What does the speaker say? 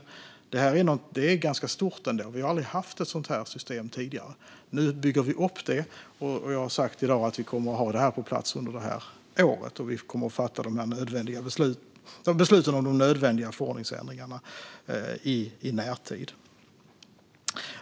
Det är ett ganska stort arbete. Vi har aldrig haft ett sådant här system tidigare. Nu bygger vi upp det, och jag har i dag sagt att vi kommer att få det på plats i år och i närtid fatta beslut om de nödvändiga förordningsändringarna.